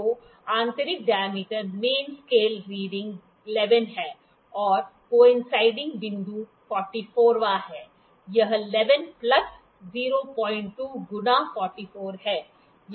तो आंतरिक diameter main scale reading 11 है और कोइनसैडिंग बिंदु 44 वां है यह 11 प्लस 02 गुणा 44 है